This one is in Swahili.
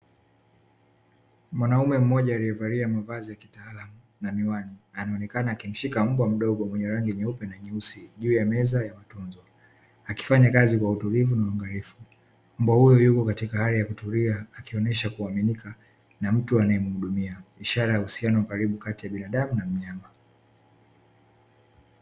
Mwanaume mmoja aliyevalia mavazi ya kitaalamu na miwani, anaonekana akimshika mbwa mdogo mwenye rangi nyeupe na nyeusi juu ya meza ya matunzo, alkifanya kazi kwa utulivu na uangaifu. Mbwa huyu yupo katika hali ya kutulia, akionyesha kuaminika na mtu anaye mhudumia ishara ya karibu kati ya binadamu na mnyama.